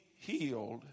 healed